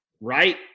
right